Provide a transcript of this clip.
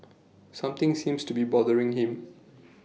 something seems to be bothering him